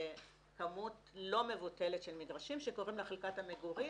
לכמות לא מבוטלת של מגרשים שקוראים לה חלקת המגורים